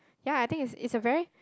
ya I think is is a very